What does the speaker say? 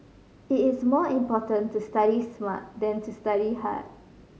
it is more important to study smart than to study hard